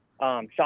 Sean